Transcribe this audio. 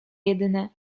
jedyne